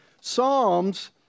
Psalms